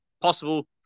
possible